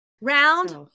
Round